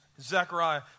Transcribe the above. Zechariah